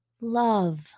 love